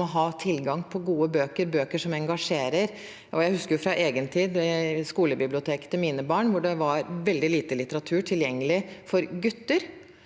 å ha tilgang på gode bøker – bøker som engasjerer. Jeg husker fra egen tid, fra skolebiblioteket til mine barn, hvor det var veldig lite litteratur tilgjengelig for gutter.